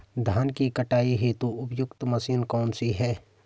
धान की कटाई हेतु उपयुक्त मशीन कौनसी है?